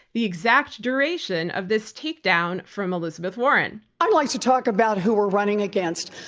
the exact duration of this take down from elisabeth warren. i'd like to talk about who we're running against.